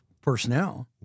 personnel